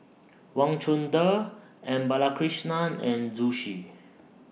Wang Chunde M Balakrishnan and Zhu Xu